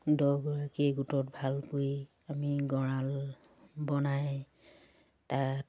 দহগৰাকীয়ে গোটত ভালকৈ আমি গড়াল বনাই তাত